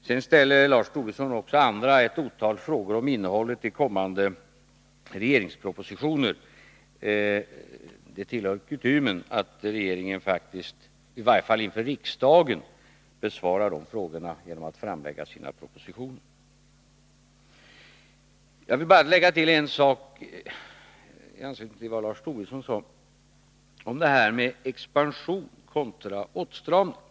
Sedan ställer Lars Tobisson och andra också ett otal frågor om innehållet i kommande regeringspropositioner. Det tillhör kutymen att regeringen faktiskt, i varje fall inför riksdagen, besvarar de frågorna genom att framlägga sina propositioner. Jag vill bara lägga till en sak i anslutning till det Lars Tobisson sade om expansion kontra åtstramning.